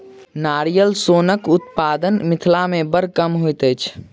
नारियल सोनक उत्पादन मिथिला मे बड़ कम होइत अछि